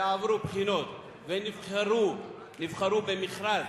ועברו בחינות, ונבחרו, נבחרו במכרז,